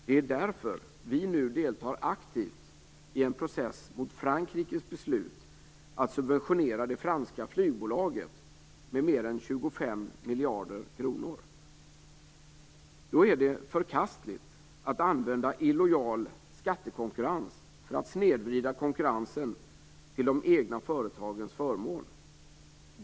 Det är därför som vi nu deltar aktivt i en process mot Frankrikes beslut att subventionera det franska flygbolaget med mer än 25 miljarder kronor. Då är det förkastligt att använda illojal skattekonkurrens för att snedvrida konkurrensen till de egna företagens förmån.